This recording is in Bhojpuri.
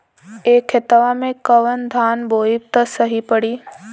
ए खेतवा मे कवन धान बोइब त सही पड़ी?